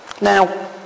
Now